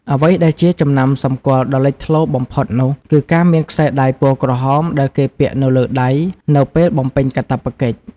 អ្វីដែលជាចំណាំសម្គាល់ដ៏លេចធ្លោបំផុតនោះគឺការមានខ្សែដៃពណ៌ក្រហមដែលគេពាក់នៅលើដៃនៅពេលបំពេញកាតព្វកិច្ច។